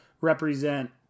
represent